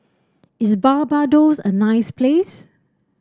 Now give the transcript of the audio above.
is Barbados a nice place